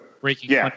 breaking